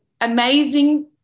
amazing